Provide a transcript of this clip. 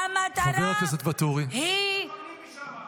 הטיפולים לא עזרו.